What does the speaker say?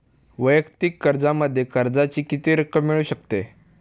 वैयक्तिक कर्जामध्ये कर्जाची किती रक्कम मिळू शकते?